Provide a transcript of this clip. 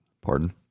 pardon